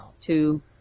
two